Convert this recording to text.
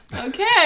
Okay